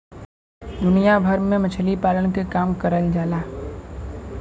दुनिया भर में मछरी पालन के काम करल जाला